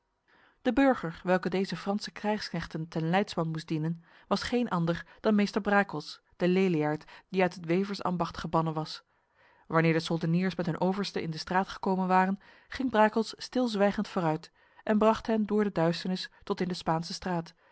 de burger welke deze franse krijgsknechten ten leidsman moest dienen was geen ander dan meester brakels de leliaard die uit het weversambacht gebannen was wanneer de soldeniers met hun overste in de straat gekomen waren ging brakels stilzwijgend vooruit en bracht hen door de duisternis tot in de spaansestraat